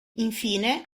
infine